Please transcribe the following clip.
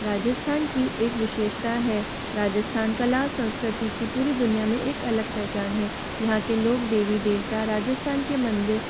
राजस्थान की एक विशेषता है राजस्थान कला संस्कृति की पूरी दुनिया में एक अलग पहचान है यहाँ के लोग देवी देवता राजस्थान के मंदिर